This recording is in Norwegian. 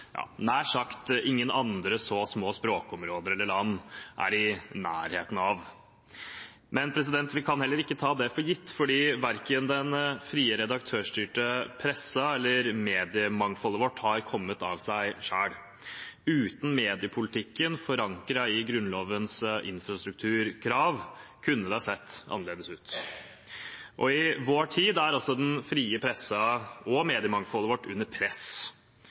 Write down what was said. nær sagt ingen andre så små språkområder eller land er i nærheten av. Men vi kan heller ikke ta det for gitt, for verken den frie, redaktørstyrte pressen eller mediemangfoldet vårt har kommet av seg selv. Uten mediepolitikken forankret i Grunnlovens infrastrukturkrav kunne det sett annerledes ut. I vår tid er også den frie pressen og mediemangfoldet vårt under press.